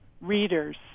readers